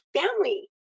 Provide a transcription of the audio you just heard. family